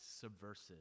subversive